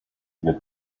wird